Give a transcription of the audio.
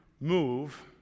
move